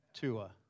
Tua